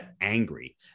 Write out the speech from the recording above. angry